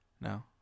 No